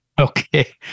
Okay